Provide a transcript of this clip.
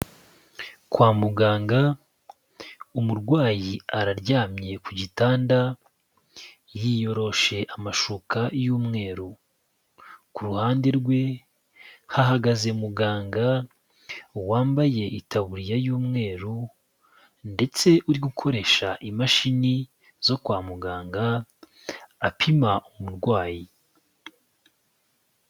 Kwa muganga, umurwayi araryamye ku gitanda, yiyoroshe amashuka y'umweru, ku ruhande rwe, hahagaze muganga wambaye itaburiya y'umweru, ndetse uri gukoresha imashini zo kwa muganga apima umurwayi.